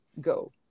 go